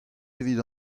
evit